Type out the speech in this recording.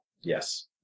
Yes